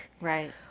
Right